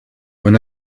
when